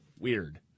Weird